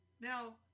Now